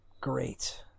great